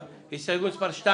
אין הצעה לתיקון החקיקה (29)